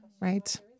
right